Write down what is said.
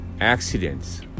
accidents